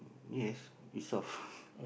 yes we solve